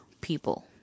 people